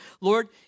Lord